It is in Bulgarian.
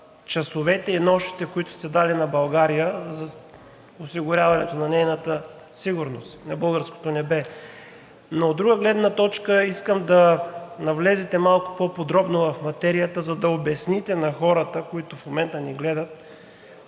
и нощите, които сте дали на България при осигуряването на нейната сигурност, на българското небе. От друга гледна точка искам да навлезете малко по-подробно в материята, за да обясните на хората, които в момента ни гледат,